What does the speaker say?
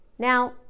Now